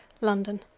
London